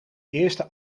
eerste